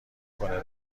کنه